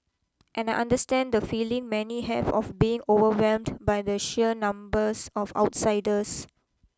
and I understand the feeling many have of being overwhelmed by the sheer numbers of outsiders